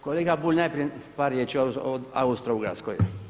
Kolega Bulj, najprije par riječi o Austro-Ugarskoj.